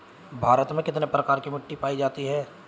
भारत में कितने प्रकार की मिट्टी पाई जाती हैं?